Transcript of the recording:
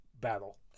battle